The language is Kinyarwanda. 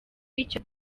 icyo